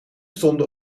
stonden